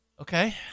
Okay